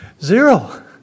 Zero